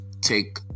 take